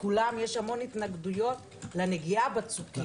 יש הרבה התנגדויות לנגיעה בצוקים.